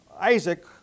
Isaac